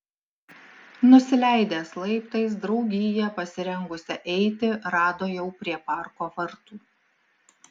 nusileidęs laiptais draugiją pasirengusią eiti rado jau prie parko vartų